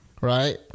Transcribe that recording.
right